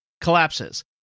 collapses